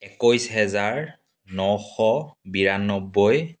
একৈছ হাজাৰ নশ বিৰান্নব্বৈ